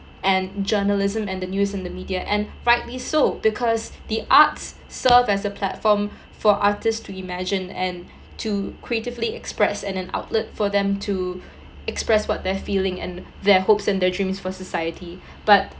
and journalism and the news and the media and rightly so because the art serve as a platform for artist to imagine and to creatively express and an outlet for them to express what their feeling and their hopes and their dreams for society but